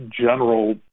general